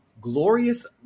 glorious